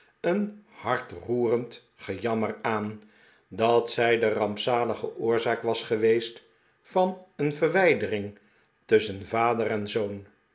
een hartroerend gejammer aan dat zij de rampzalige oorzaak was geweest van een verwijdering tusschen vader en zoon